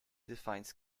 defines